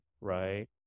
right